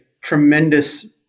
tremendous